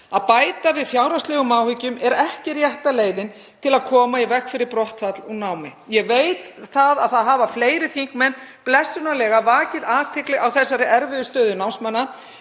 Að bæta við fjárhagslegum áhyggjum er ekki rétta leiðin til að koma í veg fyrir brottfall úr námi. Ég veit að fleiri þingmenn hafa blessunarlega vakið athygli á þessari erfiðu stöðu námsmanna,